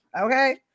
Okay